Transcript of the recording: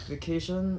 vacation